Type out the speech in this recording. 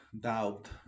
doubt